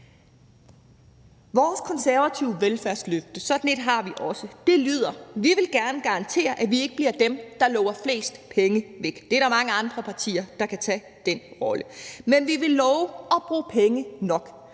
Vores konservative velfærdsløfte – sådan et har vi også – lyder: Vi vil gerne garantere, at vi ikke bliver dem, der lover flest penge væk. Der er mange andre partier, der kan tage den rolle. Men vi vil love at bruge penge nok.